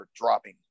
dropping